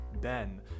Ben